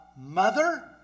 mother